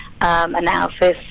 analysis